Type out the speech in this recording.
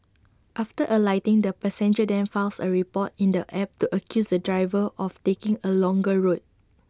after alighting the passenger then files A report in the app to accuse the driver of taking A longer route